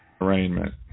arraignment